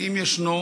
ואם ישנו,